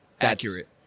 accurate